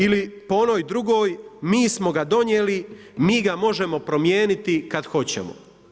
Ili po onoj drugoj, mi smo ga donijeli, mi ga možemo promijeniti kad hoćemo.